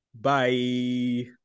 Bye